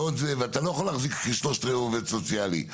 ואתה לא יכול להחזיק 0.75 עובד סוציאלי,